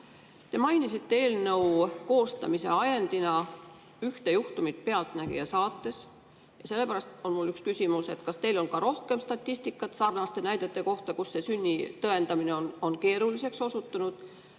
Te mainisite eelnõu koostamise ajendina ühte juhtumit "Pealtnägija" saates ja sellepärast on mul üks küsimus. Kas teil on rohkem statistikat sarnaste näidete kohta, kus sünni tõendamine on keeruliseks osutunud?